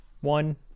one